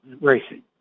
racing